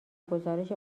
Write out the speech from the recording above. گزارش